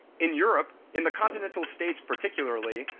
in europe, in the continental states particularly,